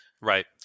Right